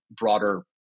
broader